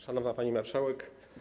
Szanowna Pani Marszałek!